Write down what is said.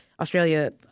Australia